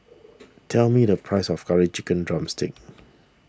tell me the price of Curry Chicken Drumstick